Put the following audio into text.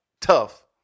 Tough